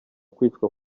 kwicwa